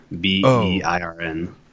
B-E-I-R-N